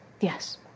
Yes